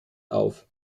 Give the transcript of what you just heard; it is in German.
auf